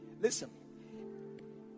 Listen